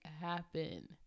happen